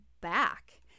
back